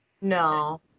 no